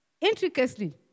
intricately